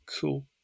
Cool